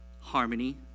harmony